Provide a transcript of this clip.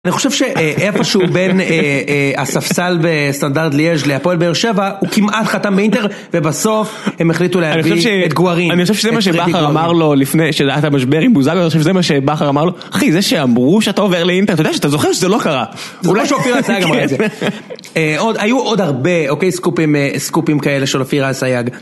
אני חושב שאיפשהו בין הספסל בסטנדרט ליאז' להפועל באר שבע הוא כמעט חתם באינטר ובסוף הם החליטו להביא את גוארין. אני חושב שזה מה שבכר אמר לו לפני שהיה את המשבר עם בוזגלו אני חושב שזה מה שבכר אמר לו, אחי זה שאמרו שאתה עובר לאינטר אתה יודע שאתה זוכר שזה לא קרה. אולי שאופירה אסייג אמרה את זה. היו עוד הרבה אוקיי סקופים כאלה של אופירה אסייג